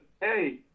hey